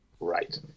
Right